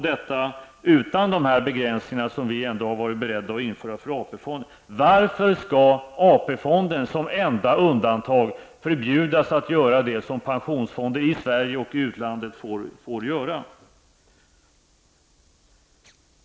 Detta sker utan de begränsningar som regeringen ändå varit beredd att införa för AP-fonden. Varför skall AP-fonden som enda undantag förbjudas att göra det som pensionsfonder i Sverige och i utlandet får göra?